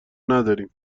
نداریم